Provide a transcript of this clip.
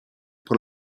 pour